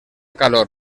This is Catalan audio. calor